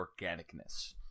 organicness